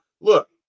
Look